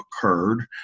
occurred